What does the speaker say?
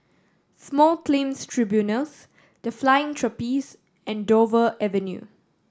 Small Claims Tribunals The Flying Trapeze and Dover Avenue